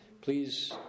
please